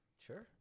sure